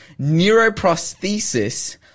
neuroprosthesis